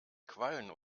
quallen